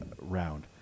round